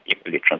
equally